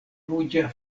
ruĝa